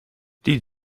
die